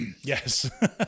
Yes